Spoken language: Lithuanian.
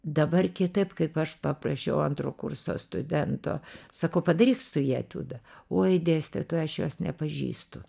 dabar kitaip kaip aš paprašiau antro kurso studento sakau padaryk su ja etiudą oi dėstytoja aš jos nepažįstu